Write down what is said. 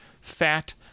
fat